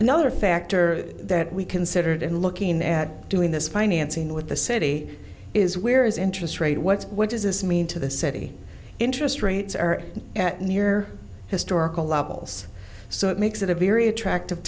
another factor that we considered and looking at doing this financing with the city is where is interest rate what's what does this mean to the city interest rates are at near historical levels so it makes it a very attractive